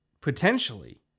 potentially